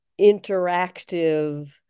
interactive